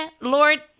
Lord